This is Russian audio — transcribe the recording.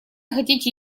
хотите